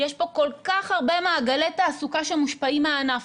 יש פה כל כך הרבה מעגלי תעסוקה שמושפעים מהענף